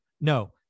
No